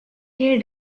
air